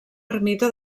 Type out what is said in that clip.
ermita